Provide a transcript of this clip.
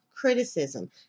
criticism